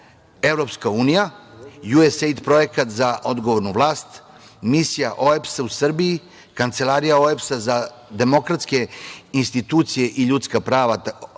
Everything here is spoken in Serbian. Evropska unija, USAID projekat za odgovornu vlast, Misija OEBS-a u Srbiji, Kancelarija OEBS-a za demokratske institucije i ljudska prava (ODIHR),